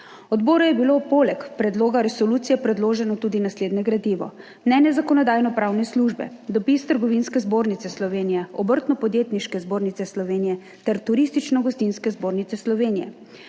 Odboru je bilo poleg predloga resolucije predloženo tudi naslednje gradivo: mnenje Zakonodajno-pravne službe, dopis Trgovinske zbornice Slovenije, Obrtno-podjetniške zbornice Slovenije ter Turistično gostinske zbornice Slovenije,